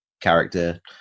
character